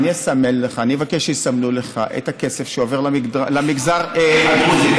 אני אבקש שיסמנו לך את הכסף שעובר למגזר הדרוזי,